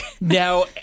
Now